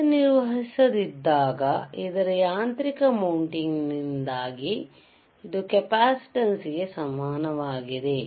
ಕಾರ್ಯನಿರ್ವಹಿಸದಿದ್ದಾಗ ಅದರ ಯಾಂತ್ರಿಕ ಮೌಂಟಿಂಗ್ ನಿಂದಾಗಿ ಇದು ಕೆಪಾಸಿಟನ್ಸ್ ಗೆ ಸಮಾನವಾಗಿದೆ